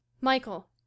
Michael